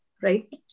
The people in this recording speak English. right